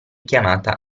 chiamata